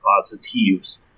positives